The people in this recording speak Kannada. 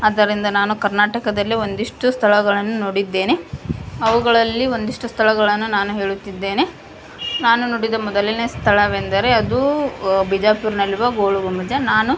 ಆದ್ದರಿಂದ ನಾನು ಕರ್ನಾಟಕದಲ್ಲಿ ಒಂದಿಷ್ಟು ಸ್ಥಳಗಳನ್ನು ನೋಡಿದ್ದೇನೆ ಅವುಗಳಲ್ಲಿ ಒಂದಿಷ್ಟು ಸ್ಥಳಗಳನ್ನು ನಾನು ಹೇಳುತ್ತಿದ್ದೇನೆ ನಾನು ನೋಡಿದ ಮೊದಲನೇ ಸ್ಥಳವೆಂದರೆ ಅದು ಬಿಜಾಪುರದಲ್ಲಿರುವ ಗೋಲ್ಗುಂಬಜ್ ನಾನು